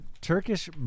Turkish